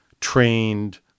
trained